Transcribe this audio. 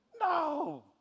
No